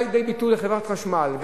זה בא לידי ביטוי בחברת חשמל.